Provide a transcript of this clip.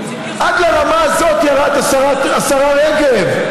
עד לרמה הזאת ירדת, השרה רגב.